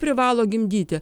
privalo gimdyti